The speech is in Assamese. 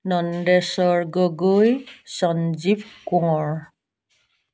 নন্দেশ্বৰ গগৈ সঞ্জীৱ কোঁৱৰ